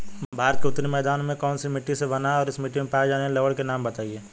भारत का उत्तरी मैदान कौनसी मिट्टी से बना है और इस मिट्टी में पाए जाने वाले लवण के नाम बताइए?